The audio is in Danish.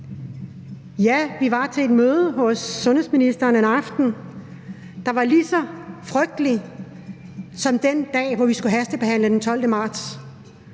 Ja, vi var til et møde hos sundhedsministeren en aften, og det var lige så frygteligt som den dag, hvor vi skulle hastebehandle, den 12. marts.